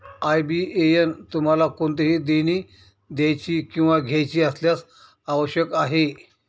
IBAN तुम्हाला कोणतेही देणी द्यायची किंवा घ्यायची असल्यास आवश्यक आहे